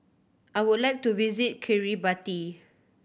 I would like to visit Kiribati